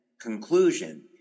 conclusion